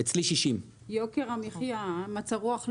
אצלי 60%. יוקר המחיה, מצב רוח לאומי.